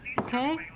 okay